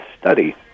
study